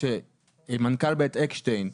כשמנכ"ל בית אקשטיין,